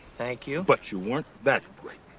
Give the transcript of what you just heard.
thank you. but you weren't that great.